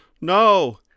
No